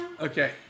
Okay